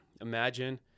Imagine